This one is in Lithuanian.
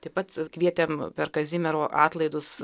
taip pat kvietėm per kazimiero atlaidus